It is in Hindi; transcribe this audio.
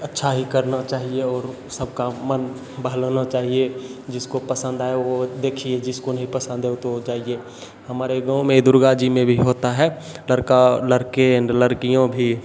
अच्छा ही करना चाहिए और सबका मन बहलाना चाहिए जिसको पसंद आए वो देखिए जिसको नहीं पसंद है वो तो जाइए हमारे गाँव में दुर्गा जी में भी होता है लड़का और लड़के एंड लड़कियों भी